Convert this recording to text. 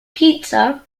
pizza